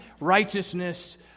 righteousness